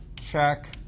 check